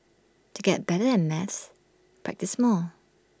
to get better at maths practise more